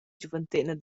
giuventetgna